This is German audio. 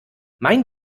mein